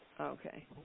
Okay